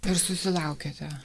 ir susilaukiate